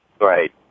Right